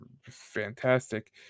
fantastic